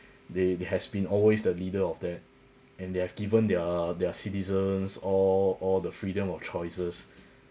they they has been always the leader of that and they have given their their citizens all all the freedom of choices